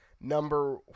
number